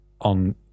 on